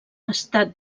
estat